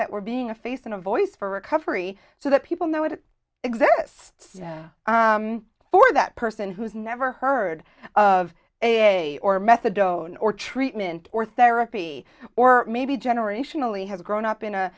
that we're being a face and a voice for recovery so that people know it exists for that person who's never heard of a or methadone or treatment or therapy or maybe generationally have grown up in a